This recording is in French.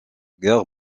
guerre